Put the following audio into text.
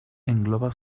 engloba